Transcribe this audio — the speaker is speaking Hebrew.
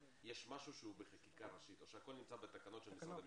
יש משהו שהוא בחקיקה ראשית או שהכול נמצא בתקנות של משרד המשפטים.